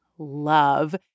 Love